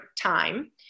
time